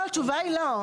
לא, התשובה היא לא.